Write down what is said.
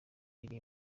iri